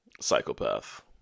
psychopath